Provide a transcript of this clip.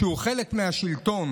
שהוא חלק מהשלטון.